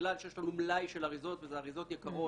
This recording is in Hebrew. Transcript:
בגלל שיש לנו מלאי של אריזות ואלה אריזות יקרות,